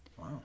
Wow